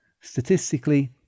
statistically